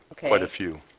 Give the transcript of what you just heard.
quite a few.